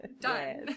done